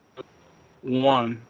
One